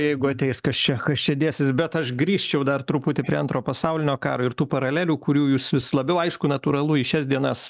jeigu ateis kas čia kas čia dėsis bet aš grįžčiau dar truputį prie antro pasaulinio karo ir tų paralelių kurių jūs vis labiau aišku natūralu į šias dienas